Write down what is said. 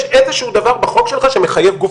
יש איזה שהוא דבר בחוק שלך שמחייב גוף